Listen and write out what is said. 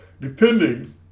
depending